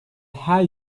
her